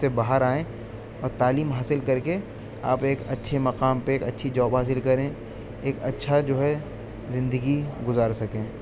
سے باہر آئیں اور تعلیم حاصل کر کے آپ ایک اچھے مقام پہ ایک اچھی جاب حاصل کریں ایک اچھا جو ہے زندگی گزار سکیں